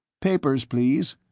papers, please.